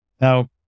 Now